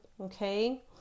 Okay